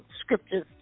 scriptures